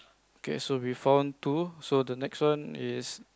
okay so we found two so the next one is